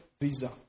visa